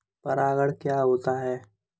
परागण क्या होता है?